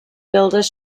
builders